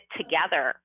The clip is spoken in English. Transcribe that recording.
together